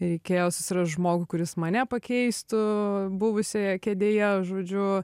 reikėjo susirast žmogų kuris mane pakeistų buvusioje kėdėje žodžiu